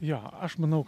jo aš manau